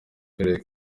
karere